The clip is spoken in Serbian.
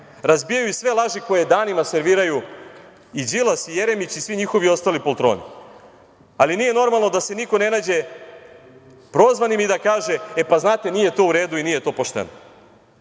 razbijaju sve laži koje danima serviraju i Đilas i Jeremić i svi njihovi ostali poltroni. Nije normalno da se niko ne nađe prozvanim i da kaže – e, pa, znate nije to u redu i nije to pošteno. Takođe,